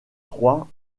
trois